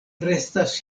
restas